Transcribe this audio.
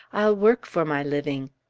i'll work for my living.